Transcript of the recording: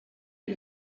est